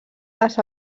les